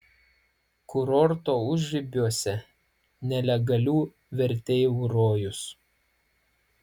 kurorto užribiuose nelegalių verteivų rojus